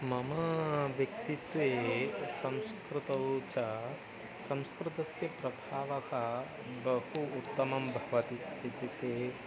मम व्यक्तित्वे संस्कृतौ च संस्कृतस्य प्रभावः बहु उत्तमं भवति इत्युक्ते